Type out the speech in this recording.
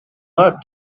earth